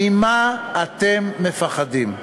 ממה אתם מפחדים?